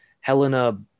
Helena